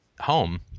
home